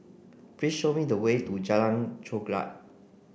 please show me the way to Jalan Chorak